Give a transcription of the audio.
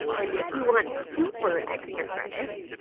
and if you want super extra credit,